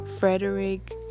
Frederick